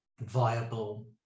viable